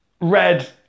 Red